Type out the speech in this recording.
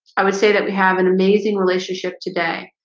i would say that we have an amazing relationship today,